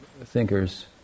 thinkers